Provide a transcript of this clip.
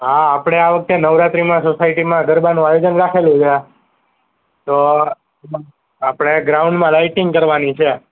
હા આપડે આ વખતે નવરાત્રિમાં સોસાયટીમાં ગરબાનું આયોજન રાખેલું તો આપડે ગ્રાઉન્ડમાં લાઈટિંગ કરવાની છે